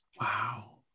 Wow